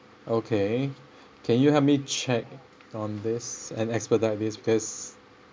okay can you help me check on this and expedite this because